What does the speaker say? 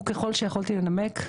הנימוק?